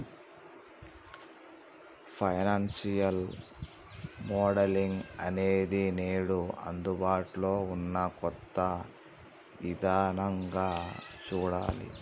financial modelling అనేది నేడు అందుబాటులో ఉన్న కొత్త ఇదానంగా చూడాలి